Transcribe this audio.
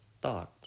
thought